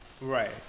Right